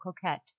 coquette